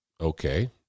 Okay